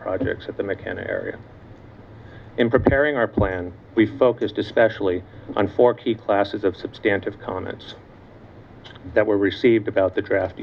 projects at the mccann area in preparing our plan we focused especially on four key classes of substantial comments that were received about the draft